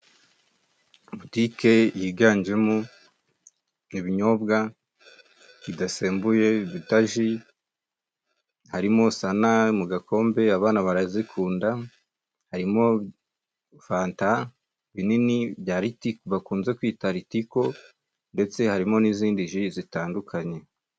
Butike yiganjemo ibinyobwa bidasembuyebitaji, harimo sana yomu gakombe abana barazikunda, harimo fanta binini bya ritiko bakunze kwita ritiko ndetse harimo n'izindi ji zitandukanye.